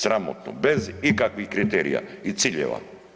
Sramotno bez ikakvih kriterija i ciljeva.